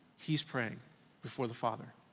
he's praying before the father.